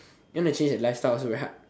you want to change your lifestyle also very hard